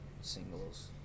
singles